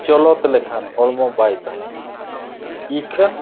ᱪᱚᱞᱚᱛ ᱞᱮᱠᱷᱟᱱ ᱦᱚᱲᱢᱚ ᱵᱟᱭ ᱛᱟᱦᱮᱱᱟ ᱤᱠᱷᱟᱹᱱ